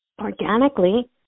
organically